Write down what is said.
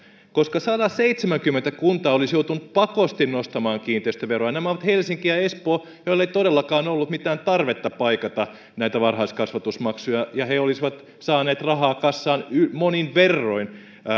koska sataseitsemänkymmentä kuntaa olisi joutunut pakosti nostamaan kiinteistöveroa näitä ovat helsinki ja espoo joilla ei todellakaan ollut mitään tarvetta paikata näitä varhaiskasvatusmaksuja ja ne olisivat saaneet rahaa kassaan monin verroin